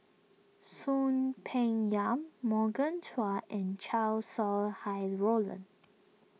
Soon Peng Yam Morgan Chua and Chow Sau Hai Roland